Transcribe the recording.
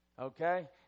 Okay